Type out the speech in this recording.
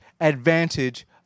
advantage